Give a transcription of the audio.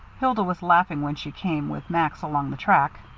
hilda was laughing when she came with max along the track.